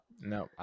no